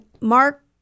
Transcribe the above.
Mark